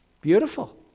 beautiful